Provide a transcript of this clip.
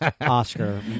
Oscar